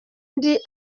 undi